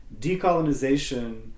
Decolonization